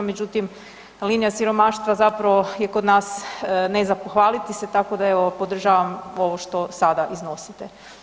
Međutim, linija siromaštva zapravo je kod nas ne za pohvaliti se, tako da evo podržavam ovo što sada iznosite.